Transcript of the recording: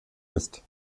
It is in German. ist